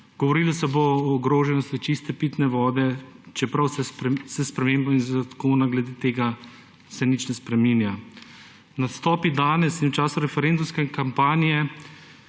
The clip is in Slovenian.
govorilo se bo o ogroženosti čiste pitne vode, čeprav se s spremembami zakona glede tega se nič ne spreminja. V nastopih danes in v času referendumske kampanje